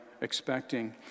expecting